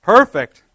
Perfect